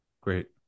Great